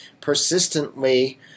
persistently